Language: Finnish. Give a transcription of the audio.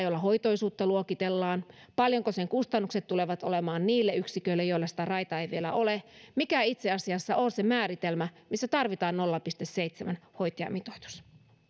jolla hoitoisuutta luokitellaan itse asiassa mittaa paljonko sen kustannukset tulevat olemaan niille yksiköille joilla sitä raita ei vielä ole mikä itse asiassa on se määritelmä missä tarvitaan nolla pilkku seitsemän hoitajamitoitus